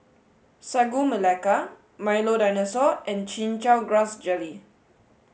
Sagu Melaka Milo Dinosaur and Chin Chow grass jelly